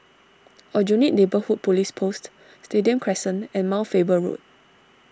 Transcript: Aljunied Neighbourhood Police Post Stadium Crescent and Mount Faber Road